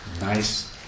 Nice